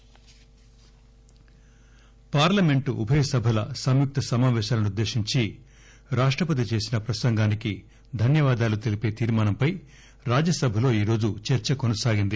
ఎన్ S D form discussion parliament ఉభయ సభల సంయుక్త సమావేశాలను ఉద్దేశించి రాష్టపతి చేసిన ప్రసంగానికి ధన్యవాదాలు తెలిపే తీర్మానంపై రాజ్యసభలో ఈరోజు చర్చ కొనసాగింది